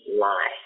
lie